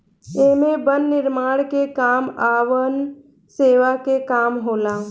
एमे वन निर्माण के काम आ वन सेवा के काम होला